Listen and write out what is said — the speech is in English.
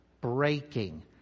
breaking